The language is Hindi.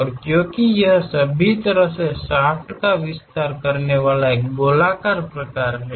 और क्योंकि यह सभी तरह के शाफ्ट का विस्तार करने वाला एक गोलाकार प्रकार है